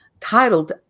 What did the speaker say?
titled